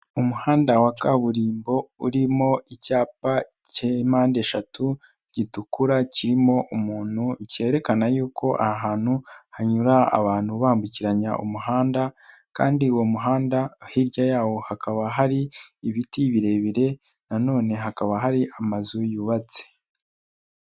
Umuhanda wa kaburimbo urimo icyapa cy'impandeshatu, gitukura kirimo umuntu, cyerekana yuko ahantu hanyura abantu bambukiranya umuhanda, kandi uwo muhanda hirya yawo hakaba hari ibiti birebire, na none hakaba hari amazu yubatse.